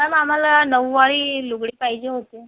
नाही म आम्हाला नऊवारी लुगडे पाहिजे होते